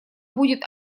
будет